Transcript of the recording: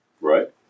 Right